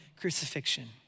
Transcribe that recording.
crucifixion